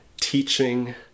teaching